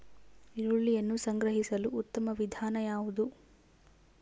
ಈರುಳ್ಳಿಯನ್ನು ಸಂಗ್ರಹಿಸಲು ಉತ್ತಮ ವಿಧಾನ ಯಾವುದು?